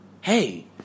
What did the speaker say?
Hey